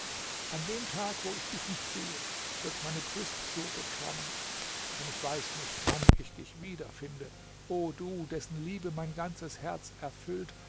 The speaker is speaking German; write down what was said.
an dem tag wo ich dich nicht sehe wird meine brust so beklommen denn ich weiß nicht wann ich dich wiederfinde o du dessen liebe mein ganzes herz erfüllt